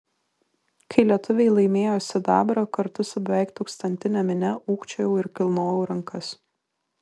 kai lietuviai laimėjo sidabrą kartu su beveik tūkstantine minia ūkčiojau ir kilnojau rankas